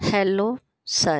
hello sir